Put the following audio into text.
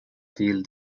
ville